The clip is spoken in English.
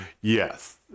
yes